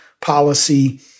policy